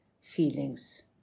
feelings